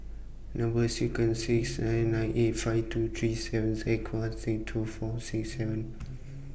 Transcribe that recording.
Number sequence IS eight nine eight five two three seven Z Z two four six seven